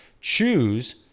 choose